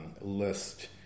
list